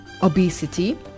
obesity